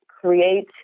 create